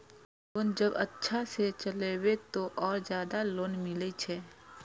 Loan जब अच्छा से चलेबे तो और ज्यादा लोन मिले छै?